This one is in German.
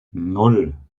nan